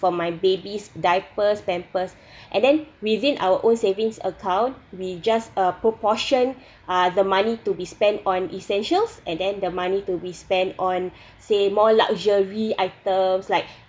for my baby's diapers pampers and then within our own savings account we just uh proportion uh the money to be spent on essentials and then the money to be spent on say more luxury items like